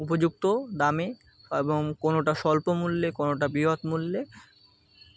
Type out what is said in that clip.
উপযুক্ত দামে এবং কোনওটা স্বল্প মূল্যে কোনওটা বৃহৎ মূল্যে